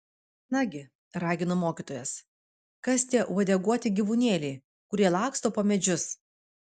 nagi ragino mokytojas kas tie uodeguoti gyvūnėliai kurie laksto po medžius